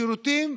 שירותים,